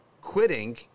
quitting